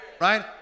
Right